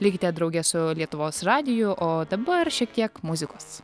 likite drauge su lietuvos radiju o dabar šiek tiek muzikos